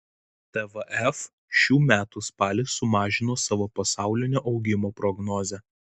tvf šių metų spalį sumažino savo pasaulinio augimo prognozę